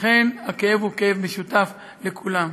אכן, הכאב הוא כאב משותף לכולם.